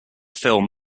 film